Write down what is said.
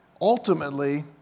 ultimately